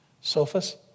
sofas